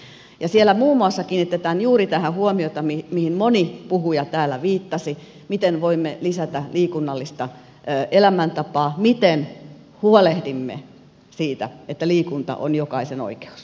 siellä muun muassa kiinnitetään huomiota juuri tähän mihin moni puhuja täällä viittasi miten voimme lisätä liikunnallista elämäntapaa miten huolehdimme siitä että liikunta on jokaisen oikeus